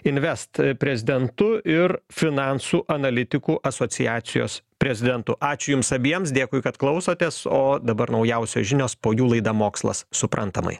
invest prezidentu ir finansų analitikų asociacijos prezidentu ačiū jums abiems dėkui kad klausotės o dabar naujausios žinios po jų laida mokslas suprantamai